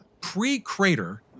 Pre-crater